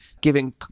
giving